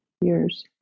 years